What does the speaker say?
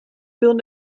birnen